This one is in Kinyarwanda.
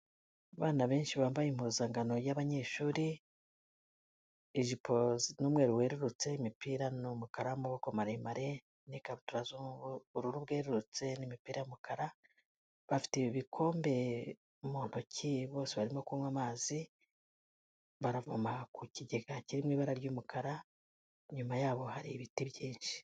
Abana benshi bambaye impuzankano y'abanyeshuri, ijipo zirimo umweru werurutse, imipira n'umukara w'amaboko maremare, n'ikabutura z'ubururu bwerurutse n'imipira y'umukara, bafite ibikombe mu ntoki bose barimo kunywa amazi, baravoma ku kigega kiri mu ibara ry'umukara, inyuma yabo hari ibiti byinshi.